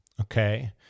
Okay